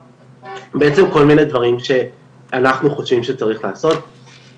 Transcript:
בעצם כל מיני דברים שאנחנו חושבים שצריך לעשות,